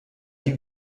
die